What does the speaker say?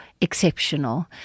exceptional